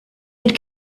had